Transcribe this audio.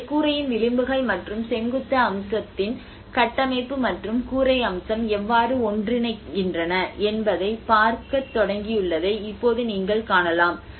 எனவே கூரையின் விளிம்புகள் மற்றும் செங்குத்து அம்சத்தின் கட்டமைப்பு மற்றும் கூரை அம்சம் எவ்வாறு ஒன்றிணைகின்றன என்பதைப் பார்க்கத் தொடங்கியுள்ளதை இப்போது நீங்கள் காணலாம்